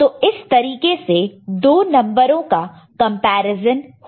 तो इस तरीके से 2 नंबरों का कंपैरिजन होता है